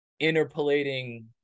interpolating